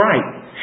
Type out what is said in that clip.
right